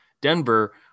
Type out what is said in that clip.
Denver